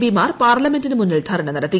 പിമാർ പാർലമെന്റിന് മുന്നിൽ ധർണ നടത്തി